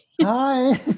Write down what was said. Hi